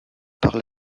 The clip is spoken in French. par